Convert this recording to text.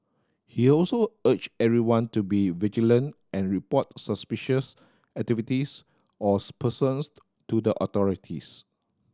he also urged everyone to be vigilant and report suspicious activities or persons to the authorities